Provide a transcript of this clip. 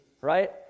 Right